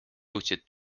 jõudsid